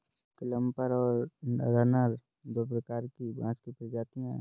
clumper और runner दो प्रकार की बाँस की प्रजातियाँ हैं